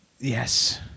Yes